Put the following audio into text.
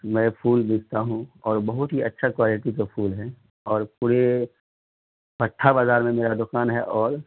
میں پھول بیچتا ہوں اور بہت ہی اچھا کوالٹی کا پھول ہے اور پورے کٹھہ بازار میں میرا دکان ہے اور